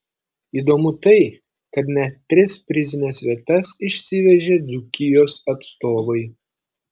įdomu tai kad net tris prizines vietas išsivežė dzūkijos atstovai